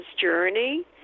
journey